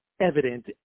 evident